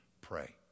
pray